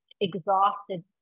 exhausted